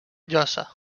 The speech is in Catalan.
llosa